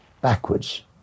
backwards